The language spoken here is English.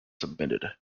submitted